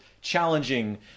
challenging